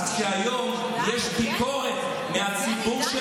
אז כשהיום יש ביקורת מהציבור,